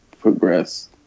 progress